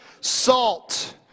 salt